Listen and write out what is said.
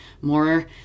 more